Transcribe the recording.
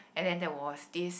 and then there was this